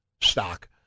stock